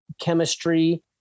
chemistry